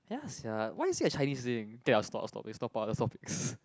ya sia why is it a Chinese thing k lah stop i'll stop it let's talk about other topics